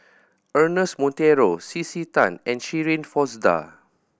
Ernest Monteiro C C Tan and Shirin Fozdar